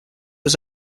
was